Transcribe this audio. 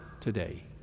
today